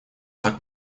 так